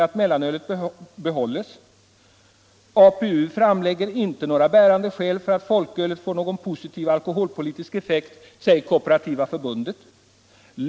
”APU framlägger inte några bärande skäl för att folkölet får någon positiv alkoholpolitisk effekt”, säger Kooperativa förbundet.